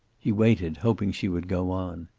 he waited, hoping she would go on.